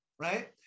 right